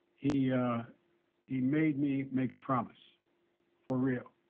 he he made me make a promise for real.